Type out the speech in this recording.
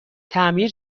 تعمیر